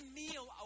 meal